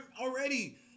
already